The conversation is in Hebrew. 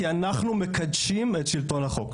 כי אנחנו מקדשים את שלטון החוק,